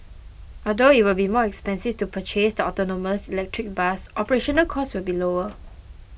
although it will be more expensive to purchase the autonomous electric bus operational costs will be lower